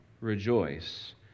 rejoice